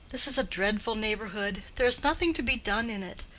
this is a dreadful neighborhood. there is nothing to be done in it.